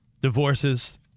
divorces